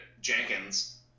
Jenkins